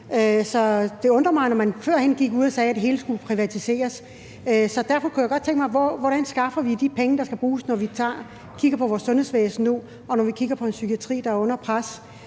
Så det undrer mig, når man førhen gik ud at sagde, at det hele skulle privatiseres. Derfor kunne jeg godt tænke mig at høre, hvordan vi skaffer de penge, der skal bruges, når vi nu kigger på vores sundhedsvæsen, og når vi kigger på en psykiatri, der er under pres.